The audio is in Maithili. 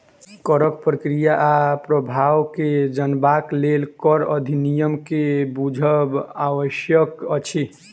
करक प्रक्रिया आ प्रभाव के जनबाक लेल कर अधिनियम के बुझब आवश्यक अछि